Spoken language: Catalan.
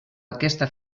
aquesta